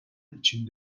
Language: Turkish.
için